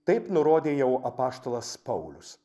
taip nurodė jau apaštalas paulius